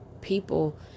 people